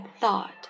thought